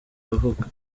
avuga